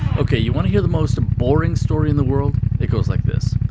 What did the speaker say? ok, you want to hear the most boring story in the world? it goes like this.